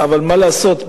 אבל מה לעשות,